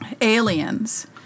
aliens